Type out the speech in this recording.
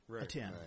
attend